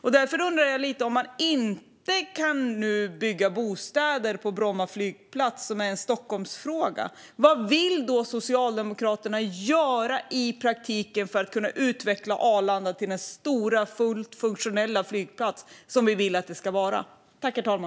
Om man nu inte kan bygga bostäder på Bromma flygplats, som är en Stockholmsfråga, undrar jag: Vad vill Socialdemokraterna göra i praktiken för att kunna utveckla Arlanda till den stora och fullt funktionella flygplats som vi vill att den ska vara?